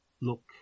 look